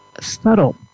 subtle